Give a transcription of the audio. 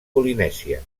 polinèsia